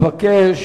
אבקש